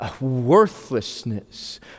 worthlessness